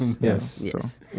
yes